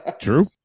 True